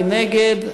מי נגד?